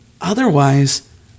otherwise